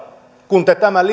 kun